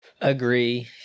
agree